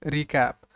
Recap